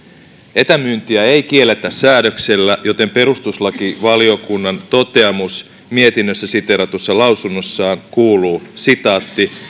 etämyyntiä ei kielletä säädöksellä joten perustuslakivaliokunnan toteamus mietinnössä siteeratussa lausunnossa kuuluu